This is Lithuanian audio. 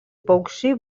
paukščiai